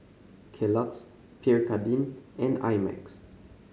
Kellogg's Pierre Cardin and I Max